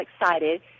excited